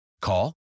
Call